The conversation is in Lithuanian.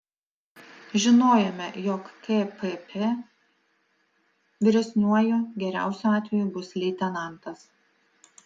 žinojome jog kpp vyresniuoju geriausiu atveju bus leitenantas